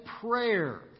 prayer